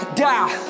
die